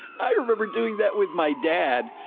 i remember doing that with my dad.